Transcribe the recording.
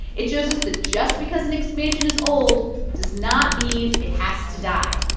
it shows us that just because an expansion is old does not mean it has to die.